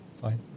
Fine